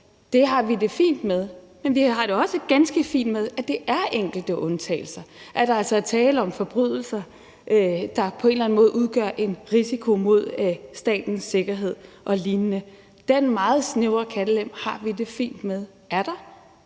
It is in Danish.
har vi det fint med, men vi har det også ganske fint med, at det er enkelte undtagelser, at der altså er tale om forbrydelser, der på en eller anden måde udgør en risiko for statens sikkerhed og lignende. Den meget snævre kattelem har vi det fint med er der,